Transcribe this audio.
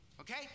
okay